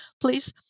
please